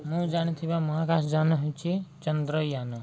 ମୁଁ ଜାଣିଥିବା ମହାକାଶ ଜାନ ହେଉଛି ଚନ୍ଦ୍ରଯାନ